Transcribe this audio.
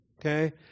Okay